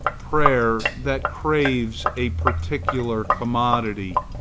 prayer that craves a particular commodity,